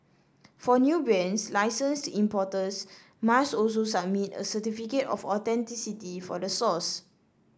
for new brands licensed importers must also submit a certificate of authenticity for the source